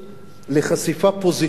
לחשיפה פוזיטיבית